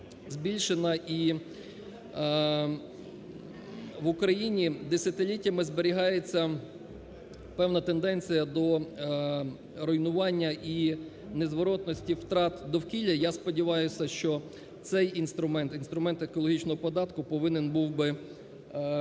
збільшена і в Україні десятиліттями зберігається певна тенденція до руйнування, і незворотності втрат довкілля. Я сподіваюся, що цей інструмент, інструмент екологічного податку повинен був би стати